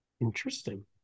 Interesting